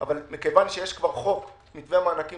אבל מכיוון שיש כבר חוק מתווה המענקים